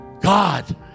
God